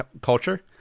culture